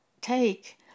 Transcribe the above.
take